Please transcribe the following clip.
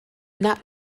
not